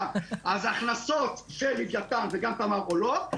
הכנסות של לוויתן וגם תמר עולות,